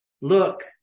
Look